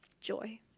joy